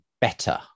better